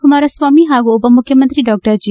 ಕುಮಾರಸ್ವಾಮಿ ಹಾಗೂ ಉಪಮುಖ್ಯಮಂತ್ರಿ Dr G